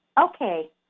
Okay